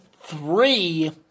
three